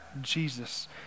Jesus